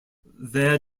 their